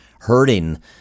hurting